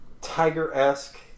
Tiger-esque